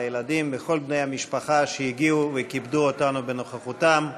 לילדים וכל בני המשפחה שהגיעו וכיבדו אותנו בנוכחותם.